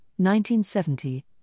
1970